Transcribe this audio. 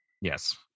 Yes